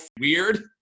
weird